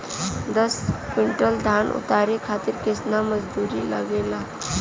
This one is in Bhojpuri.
दस क्विंटल धान उतारे खातिर कितना मजदूरी लगे ला?